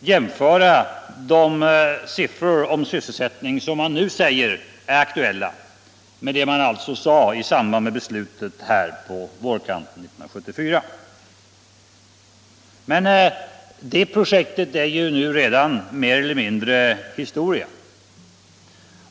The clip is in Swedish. jämföra de siffror som man nu säger är aktuella med de siffror man angav i samband med beslutet på vårkanten 1974. Men det projektet är redan mer eller mindre historia.